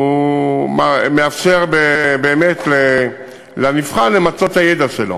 הוא מאפשר באמת לנבחן למצות את הידע שלו.